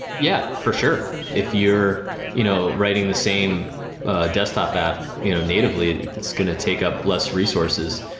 yeah, for sure. if you're you know writing the same desktop app you know natively, it's going to take up less resources.